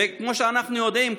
וכמו שאנחנו יודעים,